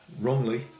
wrongly